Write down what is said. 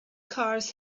cars